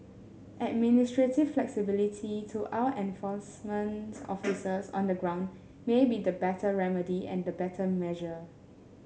administrative flexibility to our enforcement officers on the ground may be the better remedy and the better measure